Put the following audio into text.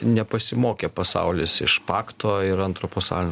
nepasimokė pasaulis iš pakto ir antro pasaulinio